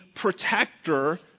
protector